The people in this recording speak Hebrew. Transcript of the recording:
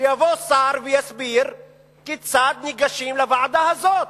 שיבוא שר ויסביר כיצד ניגשים לוועדה הזאת.